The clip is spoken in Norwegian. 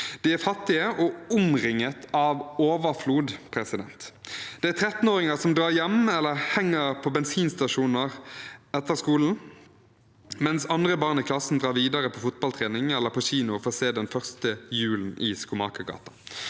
De er fattige og omringet av overflod. Det er 13-åringer som drar hjem eller henger på bensinstasjoner etter skolen, mens andre barn i klassen drar videre på fotballtrening eller på kino for å se «Den første julen i Skomakergata».